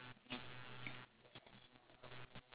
and the three qualities are wit humour and sense